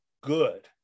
good